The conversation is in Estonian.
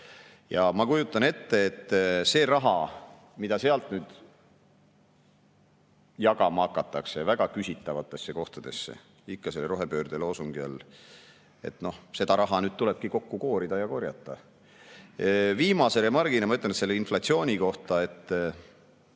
Ma kujutan ette, et seda raha, mida sealt jagama hakatakse väga küsitavatesse kohtadesse ikka selle rohepöörde loosungi all, nüüd tulebki kokku koorida ja korjata. Viimase remargina ma ütlen inflatsiooni kohta, et